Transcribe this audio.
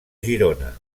girona